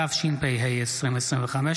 התשפ"ה 2025,